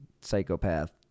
psychopath